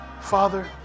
Father